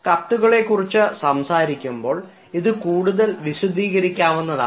കത്തുകളെ കുറിച്ച് സംസാരിക്കുമ്പോൾ ഇത് കൂടുതൽ വിശദീകരിക്കാവുന്നതാണ്